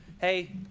hey